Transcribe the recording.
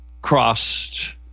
crossed